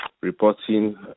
reporting